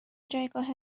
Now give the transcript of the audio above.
جایگاه